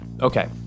Okay